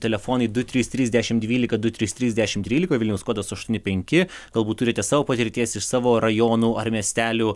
telefonai du trys trys dešimt dvylika du trys trys dešimt trylika vilniaus kodas aštuoni penki galbūt turite savo patirties iš savo rajonų ar miestelių